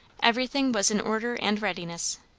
everything was in order and readiness,